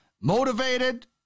Motivated